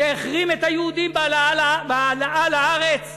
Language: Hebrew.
שהחרים את היהודים בהעלאה לארץ,